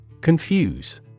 Confuse